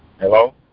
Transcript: Hello